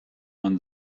man